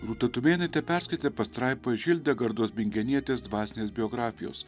rūta tumėnaitė perskaitė pastraipą iš hildegardos bingenietės dvasinės biografijos